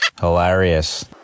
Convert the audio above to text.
Hilarious